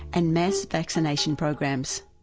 and mass vaccination programs.